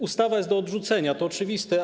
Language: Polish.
Ustawa jest do odrzucenia, to oczywiste.